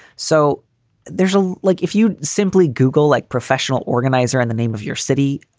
so there's ah like if you simply google like professional organizer in the name of your city,